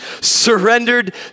surrendered